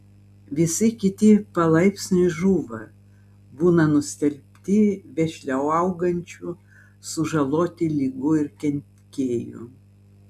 visi kiti palaipsniui žūva būna nustelbti vešliau augančių sužaloti ligų ir kenkėjų